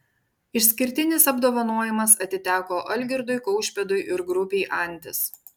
išskirtinis apdovanojimas atiteko algirdui kaušpėdui ir grupei antis